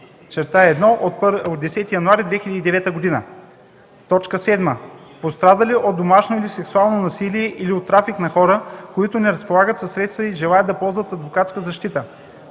(ОВ, L 7/1 от 10 януари 2009 г.); 7. пострадали от домашно или сексуално насилие или от трафик на хора, които не разполагат със средства и желаят да ползват адвокатска защита;